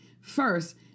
First